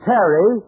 Terry